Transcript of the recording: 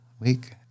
week